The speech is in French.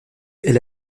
est